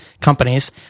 companies